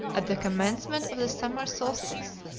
at the commencement of the summer solstice,